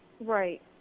Right